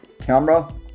camera